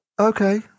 Okay